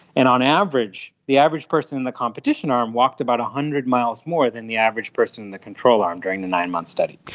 and on average, the average person in the competition arm walked about one hundred miles more than the average person in the control arm during the nine-month study.